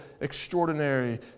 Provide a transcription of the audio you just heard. extraordinary